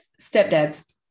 Stepdads